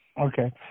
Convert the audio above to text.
Okay